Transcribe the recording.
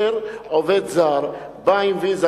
עובד זר בא עם ויזה,